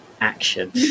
action